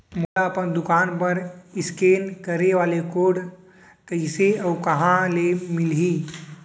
मोला अपन दुकान बर इसकेन करे वाले कोड कइसे अऊ कहाँ ले मिलही?